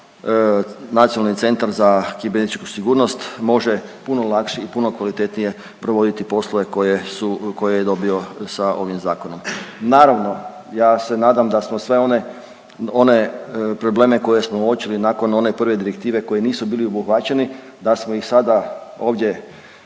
Nacionalni centar za kibernetičku sigurnost može puno lakše i puno kvalitetnije provoditi poslove koje su, koje je dobio sa ovim zakonom. Naravno, ja se nadam da smo sve one, one probleme koje smo uočili nakon one prve direktive koji nisu bili obuhvaćeni da smo ih sada ovdje